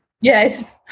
Yes